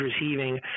receiving